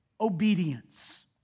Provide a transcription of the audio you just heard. obedience